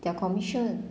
their commission